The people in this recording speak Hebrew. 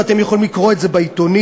ואתם יכולים לקרוא על זה בעיתונים,